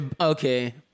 Okay